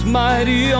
mighty